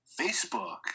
Facebook